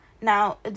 Now